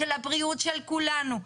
של הבריאות של כולנו,